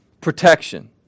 protection